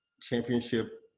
championship